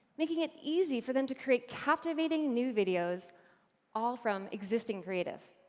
making it easy for them to create captivating new videos all from existing creative.